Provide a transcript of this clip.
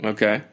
Okay